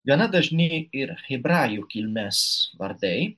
gana dažni ir hebrajų kilmės vardai